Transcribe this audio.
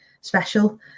special